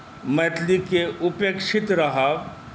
मैथिलीके उपेक्षित रहब